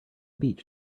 beach